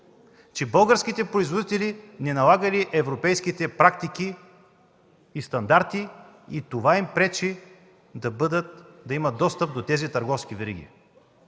производствени мощности, не налагали европейските практики и стандарти и това им пречи да имат достъп до тези търговски вериги.